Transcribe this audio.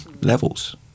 levels